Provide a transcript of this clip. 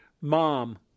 mom